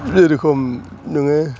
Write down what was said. जेरेखम नोङो